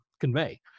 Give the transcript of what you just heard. convey